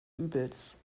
übels